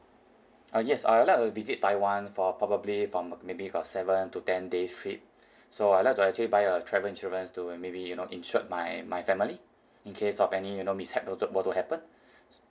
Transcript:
uh yes I would like to visit taiwan for probably from maybe got seven to ten days trip so I would like to actually buy a travel insurance to maybe you know insured my my family in case of any you know mishap were to were to happen